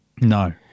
No